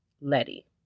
Letty